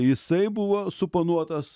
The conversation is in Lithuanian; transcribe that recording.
jisai buvo suponuotas